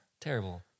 Terrible